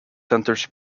centers